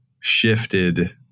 shifted